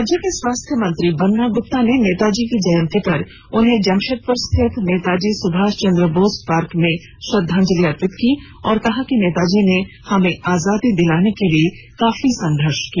राज्य के स्वास्थ्य मंत्री बन्ना गुप्ता ने नेताजी की जयंती पर उन्हें जमशेदपुर स्थित नेताजी सुभाष चंद्र बोस पार्क में श्रद्धांजलि दी और कहा कि नेताजी ने हमें आजादी दिलाने के लिए काफी संघर्ष किया